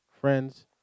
Friends